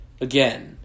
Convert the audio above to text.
Again